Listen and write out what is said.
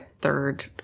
third